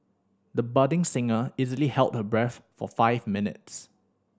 the budding singer easily held her breath for five minutes